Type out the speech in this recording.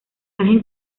ángel